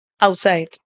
outside